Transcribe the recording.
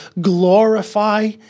glorify